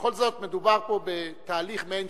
ובכל זאת מדובר פה בתהליך מעין-שיפוטי,